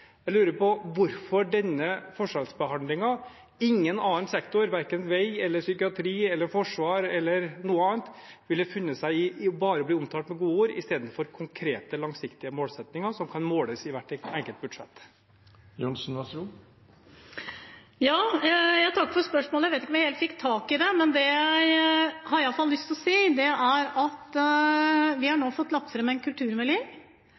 lurer på: Hvorfor denne forskjellsbehandlingen? Ingen annen sektor, verken vei, psykiatri, forsvar eller noe annet, ville funnet seg i bare å bli omtalt med gode ord – i stedet for konkrete, langsiktige målsettinger som kan måles i hvert enkelt budsjett. Jeg takker for spørsmålet. Jeg vet ikke om jeg helt fikk tak i det, men det jeg iallfall har lyst til å si, er at vi nå har fått lagt fram en kulturmelding,